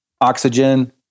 oxygen